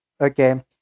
okay